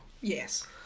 Yes